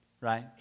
right